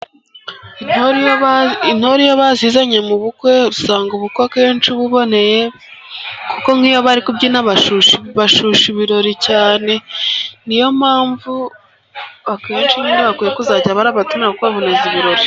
Intore iyo bazizanye mu bukwe usanga ubukwe akenshi buboneye, kuko nk'iyo bari kubyina bashyushya ibirori cyane, niyo mpamvu akenshi nyine bakwiye kuzajya babatumira akenshi nyine baboneza ibirori.